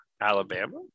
Alabama